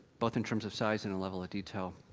both in terms of size and in level of detail.